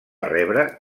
rebre